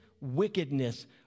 wickedness